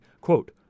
quote